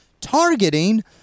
targeting